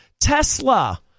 tesla